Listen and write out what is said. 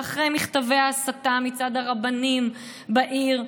ואחרי מכתבי ההסתה מצד הרבנים בעיר,